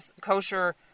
kosher